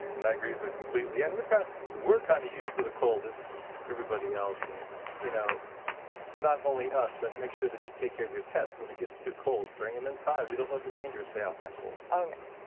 and i agree with her completely. and we're kind of we're kind of used to the cold. it's everybody else. and you know not only us, but make sure that you take care of your pets when it gets too cold. bring them inside. we don't let the reindeer stay out in that cold. oh no.